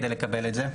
כדי לקבל את זה?